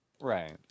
Right